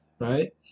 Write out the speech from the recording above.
right